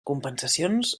compensacions